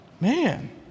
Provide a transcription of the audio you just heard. man